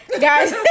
guys